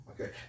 Okay